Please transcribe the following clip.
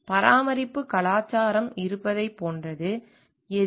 பராமரிப்பு கலாச்சாரம் இருப்பதைப் போன்றது எது